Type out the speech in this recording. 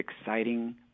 exciting